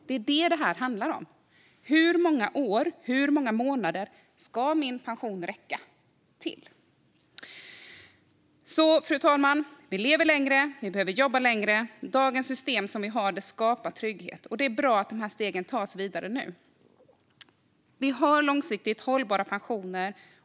Det är det som det handlar om: Hur många år och hur många månader ska min pension räcka till? Fru talman! Vi lever längre. Vi behöver jobba längre. Det system som vi har i dag skapar trygghet. Det är bra att de här stegen nu tas vidare. Vi har långsiktigt hållbara pensioner.